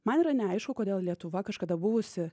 man yra neaišku kodėl lietuva kažkada buvusi